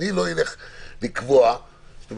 אני לא אקבע אם